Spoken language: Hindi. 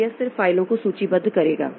तो यह सिर्फ फाइलों को सूचीबद्ध करेगा